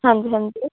ਹਾਂਜੀ ਹਾਂਜੀ